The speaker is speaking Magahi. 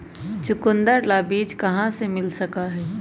चुकंदर ला बीज कहाँ से मिल सका हई?